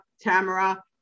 tamara